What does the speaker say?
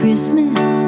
Christmas